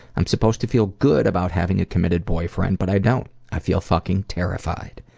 i'm supposed to feel good about having a committed boyfriend but i don't, i feel fucking terrified.